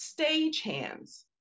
stagehands